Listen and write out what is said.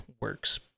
works